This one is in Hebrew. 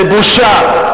זה בושה.